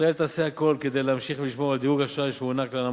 ישראל תעשה הכול כדי להמשיך ולשמור על דירוג האשראי שהוענק לה,